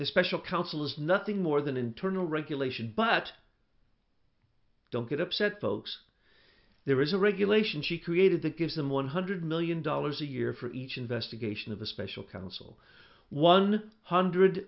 the special counsel is nothing more than internal regulation but don't get upset folks there is a regulation she created that gives them one hundred million dollars a year for each investigation of the special counsel one hundred